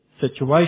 situation